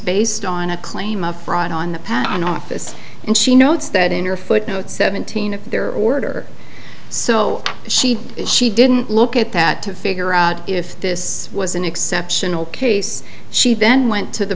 based on a claim of fraud on the patent office and she notes that in your footnote seventeen of their order so she she didn't look at that to figure out if this was an exceptional case she then went to the